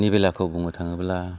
बेलाखौ बुंनो थाङोब्ला